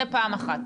זה פעם אחת.